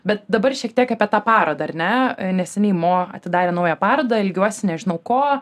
bet dabar šiek tiek apie tą parodą ar ne neseniai mo atidarė naują parodą ilgiuosi nežinau ko